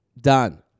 Done